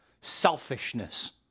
selfishness